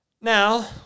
Now